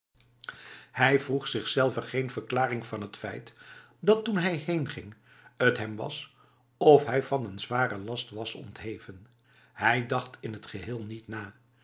hij vroeg zichzelve geen verklaring van het feit dat toen hij heenging t hem was of hij van een zware last was ontheven hij dacht in t geheel niet na